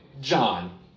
John